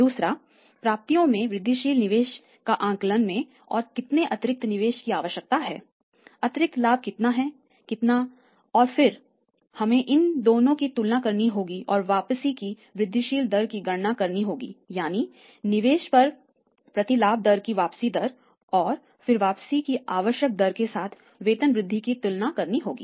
दूसरा प्राप्तियों में वृद्धिशील निवेश का आकलन मे और कितने अतिरिक्त निवेश की आवश्यकता है अतिरिक्त लाभ कितना है कितना अतिरिक्त लाभ है और फिर हमें इन दोनों की तुलना करनी होगी और वापसी की वृद्धिशील दर की गणना करनी होगी यानी निवेश पर प्रति लाभ दर की वापसी दर और फिर वापसी की आवश्यक दर के साथ वेतन वृद्धि की तुलना करनी होगी